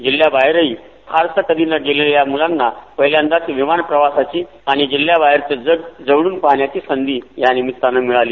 जिल्ह्याबाहेरही फारसं कधी न गेलेल्या या मुलांना पहिल्यांदाच विमान प्रवासाची आणि जिल्ह्याबाहेरचं जग जवळून पाहण्याची संधी या निमित्तानं मिळाली